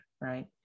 right